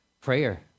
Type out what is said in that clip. prayer